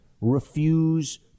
refuse